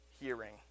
hearing